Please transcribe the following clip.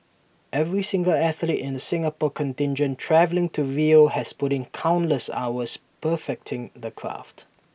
every single athlete in the Singapore contingent travelling to Rio has put in countless hours perfecting their craft